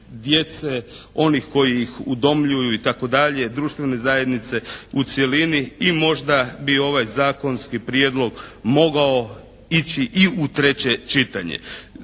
djece, onih koji ih udomljuju i tako dalje. Društvene zajednice u cjelini i možda bi ovaj zakonski prijedlog mogao ići i u treće čitanje.